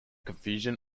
confusion